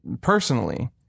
personally